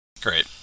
Great